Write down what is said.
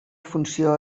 funció